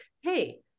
hey